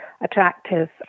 attractive